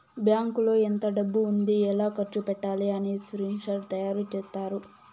బ్యాంకులో ఎంత డబ్బు ఉంది ఎలా ఖర్చు పెట్టాలి అని స్ట్రక్చర్ తయారు చేత్తారు